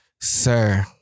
Sir